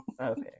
Okay